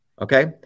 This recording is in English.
Okay